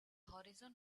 horizon